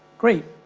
great.